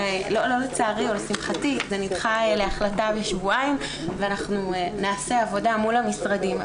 לשמחתי זה נדחה להחלטה בשבועיים ואנחנו נעשה עבודה מול המשרדים.